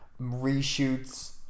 reshoots